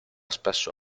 spesso